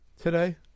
today